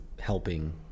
helping